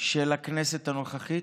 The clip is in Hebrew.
של הכנסת הנוכחית.